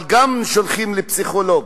אבל גם שולחים לפסיכולוג,